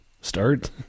start